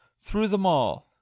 through them all.